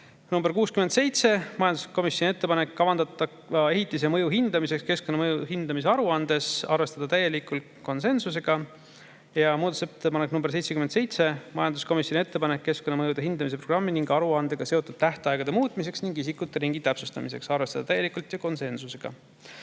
nr 67, majanduskomisjoni ettepanek kavandatava ehitise mõju hindamiseks keskkonnamõju hindamise aruandes – arvestada täielikult, konsensusega. Ja muudatusettepanek nr 77, majanduskomisjoni ettepanek keskkonnamõju hindamise programmi ning aruandega seotud tähtaegade muutmiseks ning isikuteringi täpsustamiseks – arvestada täielikult ja konsensusega.